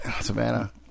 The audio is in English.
Savannah